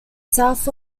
south